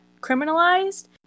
criminalized